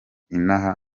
inaha